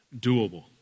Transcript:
doable